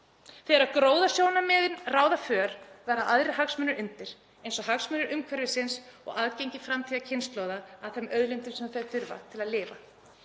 Þegar gróðasjónarmið ráða för verða aðrir hagsmunir undir eins og hagsmunir umhverfisins og aðgengi framtíðarkynslóða að þeim auðlindum sem þær þurfa til að lifa.